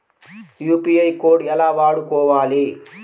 UPI code ఎలా వాడుకోవాలి?